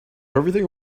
everything